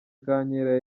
kankera